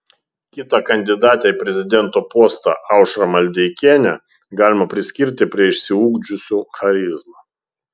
kitą kandidatę į prezidento postą aušrą maldeikienę galima priskirti prie išsiugdžiusių charizmą